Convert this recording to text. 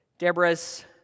Deborah's